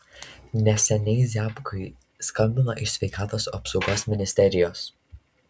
neseniai ziabkui skambino iš sveikatos apsaugos ministerijos